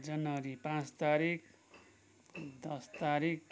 जनवरी पाँच तारिक दस तारिक